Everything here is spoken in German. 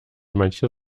mancher